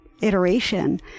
iteration